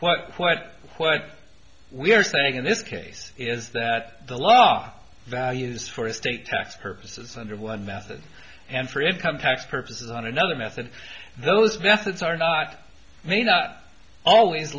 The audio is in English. what what what we are saying in this case is that the law values for estate tax purposes under one method and for income tax purposes on another method those methods are not may not always